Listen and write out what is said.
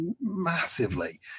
massively